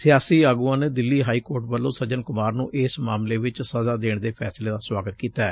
ਸਿਆਸੀ ਆਗੁਆਂ ਨੇ ਦਿੱਲੀ ਹਾਈ ਕੋਰਟ ਵੱਲੋਂ ਸੱਜਨ ਕੁਮਾਰ ਨੂੰ ਇਸ ਮਾਮਲੇ ਵਿਚ ਸਜ਼ਾ ਦੇਣ ਦੇ ਫੈਸਲੇ ਦਾ ਸੁਆਗਤ ਕੀਤੈ